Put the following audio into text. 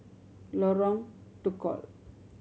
Lorong Tukol